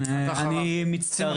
אני מצטרף